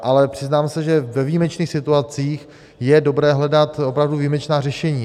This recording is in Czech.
Ale přiznám se, že ve výjimečných situacích je dobré hledat opravdu výjimečná řešení.